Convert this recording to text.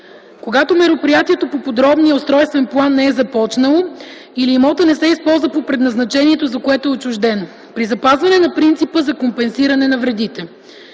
когато мероприятието по подробния устройствен план не е започнало или имотът не се използва по предназначението, за което е отчужден, при запазване на принципа за компенсиране на вредите.